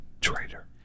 Traitor